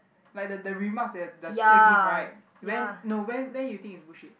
like the the remarks that the the teacher give right when no when when you think is bullshit